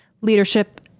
leadership